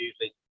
usually